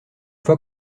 fois